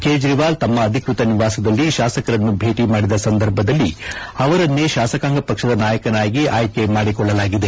ಕೇಜ್ರವಾಲ್ ತಮ್ನ ಅಧಿಕ್ಷತ ನಿವಾಸದಲ್ಲಿ ಶಾಸಕರನ್ನು ಭೇಟಿ ಮಾಡಿದ ಸಂದರ್ಭದಲ್ಲಿ ಅವರನ್ನೇ ಶಾಸಕಾಂಗ ಪಕ್ಷದ ನಾಯಕರಾಗಿ ಆಯ್ತೆ ಮಾಡಿಕೊಳ್ಳಲಾಗಿದೆ